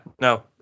no